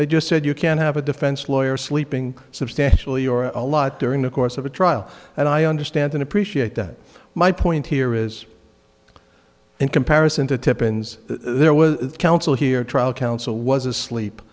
they just said you can't have a defense lawyer sleeping substantially or a lot during the course of a trial and i understand and appreciate that my point here is in comparison to tippens there was a council here a trial counsel was asleep